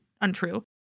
untrue